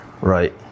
right